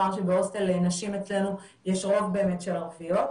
שבהוסטל של נשים אצלנו יש רוב של ערביות.